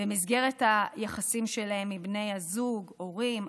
במסגרת היחסים שלהן עם בני הזוג, הורים אחים,